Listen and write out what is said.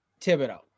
Thibodeau